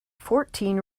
fourteen